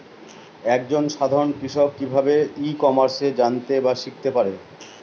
এক জন সাধারন কৃষক কি ভাবে ই কমার্সে জানতে বা শিক্ষতে পারে?